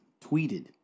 tweeted